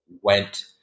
went